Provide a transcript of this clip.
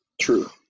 True